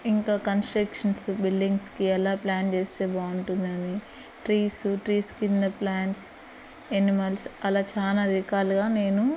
ఇంకా కన్స్ట్రక్షన్స్ బిల్డింగ్స్కి ఎలా ప్లాన్ చేస్తే బాగుంటుందని ట్రీస్ ట్రీస్ క్రింద ప్లాంట్స్ ఎనిమల్స్ అలా చానా రికాలుగా నేను